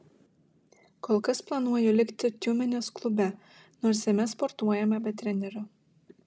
kol kas planuoju likti tiumenės klube nors jame sportuojame be trenerio